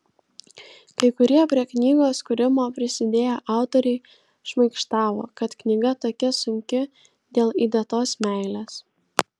kai kurie prie knygos kūrimo prisidėję autoriai šmaikštavo kad knyga tokia sunki dėl įdėtos meilės